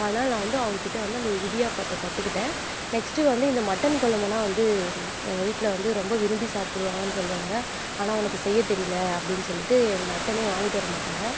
அதனால் நான் வந்து அவங்கக் கிட்டே வந்து அந்த இடியாப்பத்தை கற்றுக்கிட்டேன் நெக்ஸ்ட்டு வந்து இந்த மட்டன் கொழம்புன்னா வந்து எங்கள் வீட்டில் வந்து ரொம்ப விரும்பி சாப்பிடுவாங்கன்னு சொல்வாங்க ஆனால் உனக்கு செய்யத் தெரியல அப்படின்னு சொல்லிட்டு எங்கே மட்டனே வாங்கிட்டு வர மாட்டாங்க